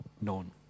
known